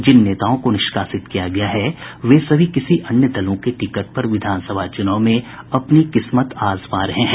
जिन नेताओं को निष्कासित किया गया है वे सभी किसी अन्य दलों के टिकट पर विधानसभा चुनाव में अपनी किस्मत आजमा रहे हैं